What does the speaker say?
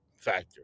factor